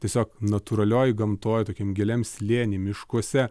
tiesiog natūralioj gamtoj tokiam giliam slėny miškuose